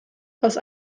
aus